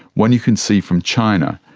one you can see from china.